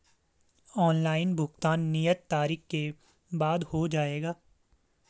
Online भुगतान नियत तारीख के बाद हो जाएगा?